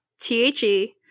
t-h-e